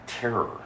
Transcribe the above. terror